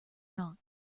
not